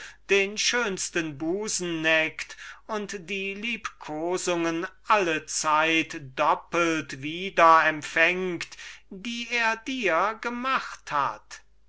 den schönsten busen neckt und die liebkosungen allezeit doppelt wieder empfängt die er dir gemacht hat